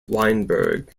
weinberg